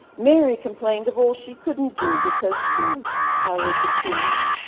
mary complained of all she couldn't do because she carried the keys,